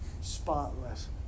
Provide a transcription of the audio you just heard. spotless